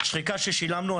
השחיקה ששילמנו.